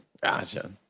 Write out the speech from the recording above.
Gotcha